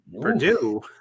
Purdue